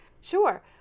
Sure